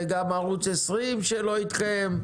זה גם ערוץ 20 שלא אתכם,